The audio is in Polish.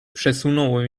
przesunąłem